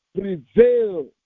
prevail